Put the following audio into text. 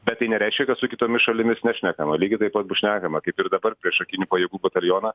bet tai nereiškia kad su kitomis šalimis nešnekama lygiai taip pat bus šnekama kaip ir dabar priešakinių pajėgų batalioną